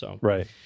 Right